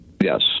Yes